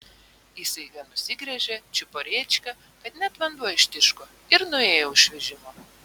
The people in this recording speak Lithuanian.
ji staiga nusigręžė čiupo rėčką kad net vanduo ištiško ir nuėjo už vežimo